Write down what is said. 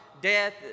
death